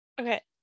Okay